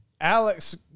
Alex